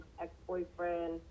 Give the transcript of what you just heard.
ex-boyfriend